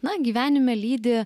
na gyvenime lydi